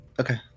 Okay